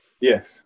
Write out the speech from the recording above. yes